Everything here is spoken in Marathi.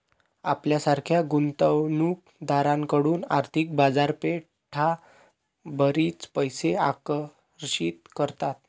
आपल्यासारख्या गुंतवणूक दारांकडून आर्थिक बाजारपेठा बरीच पैसे आकर्षित करतात